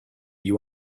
you